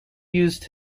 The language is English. used